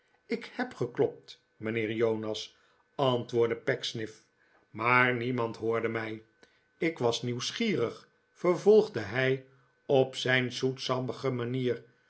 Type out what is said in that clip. ik heb geklopt mijnheer jonas antwoordde pecksniff r maar niemand hoorde mij ik was nieuwsgierig vervolgde hij op zijn zoetsappige manier